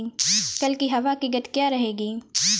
कल की हवा की गति क्या रहेगी?